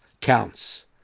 counts